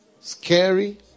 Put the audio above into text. scary